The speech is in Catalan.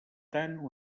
tant